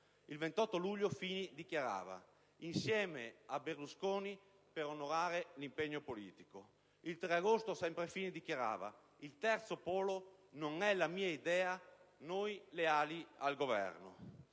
Il 28 luglio Fini dichiarava: «Insieme a Berlusconi per onorare l'impegno politico». Il 3 agosto sempre Fini dichiarava: «Il terzo polo non è la mia idea. Noi leali al Governo».